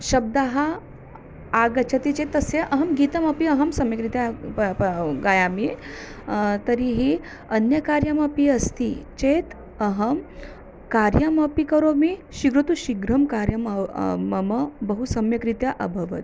शब्दः आगच्छति चेत् तस्य अहं गीतमपि अहं सम्यग्रीत्या गायामि तर्हि अन्यकार्यमपि अस्ति चेत् अहं कार्यमपि करोमि शीघ्राति शीघ्रं कार्यम् मम बहु सम्यक् रीत्या अभवत्